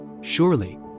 surely